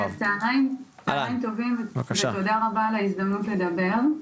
צוהריים טובים ותודה רבה על ההזדמנות לדבר,